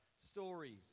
Stories